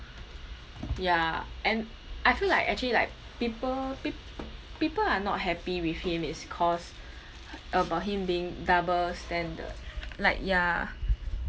ya and I feel like actually like people peop~ people are not happy with him is cause about him being double standard like ya